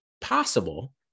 possible